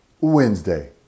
Wednesday